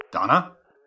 Donna